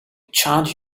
charge